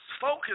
focus